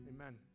amen